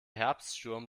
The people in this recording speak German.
herbststurm